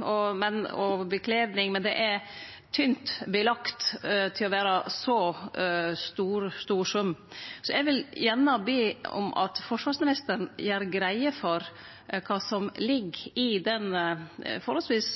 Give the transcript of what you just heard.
og klede, men det er tynt belagt til å vere ein så stor sum. Eg vil gjerne be om at forsvarsministeren gjer greie for kva som ligg i den forholdsvis,